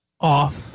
off